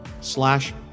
slash